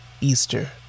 Easter